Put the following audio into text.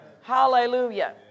Hallelujah